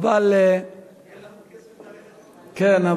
אין לנו כסף, כן.